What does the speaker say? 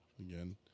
again